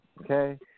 okay